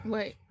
Wait